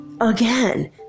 Again